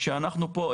שאנחנו פה,